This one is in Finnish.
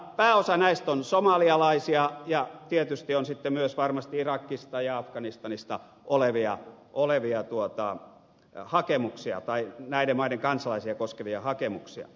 pääosa näistä on somalialaisia ja tietysti on sitten myös varmasti irakista ja afganistanista olevia olevia irakin ja afganistanin kansalaisia koskevia hakemuksia